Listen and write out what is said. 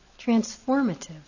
transformative